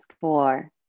four